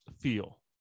feel